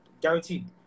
Guaranteed